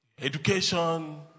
Education